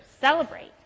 celebrate